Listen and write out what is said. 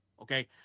Okay